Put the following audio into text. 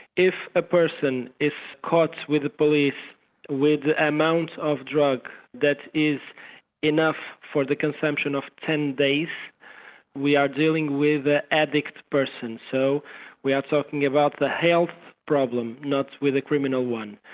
if a person is caught with the police with an amount of drugs that is enough for the consumption of ten days we are dealing with an addicted person so we are talking about the health problem not with a criminal one.